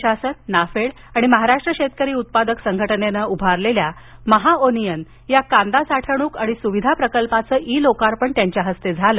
राज्य शासन नाफेड आणि महाराष्ट्र शेतकरी उत्पादक संघटनेनं उभारलेल्या महाओनियन या कांदा साठवणूक आणि स्विधा प्रकल्पाचं ई लोकार्पण मुख्यमंत्र्यांच्या हस्ते झालं